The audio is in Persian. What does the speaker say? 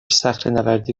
صخرهنوردی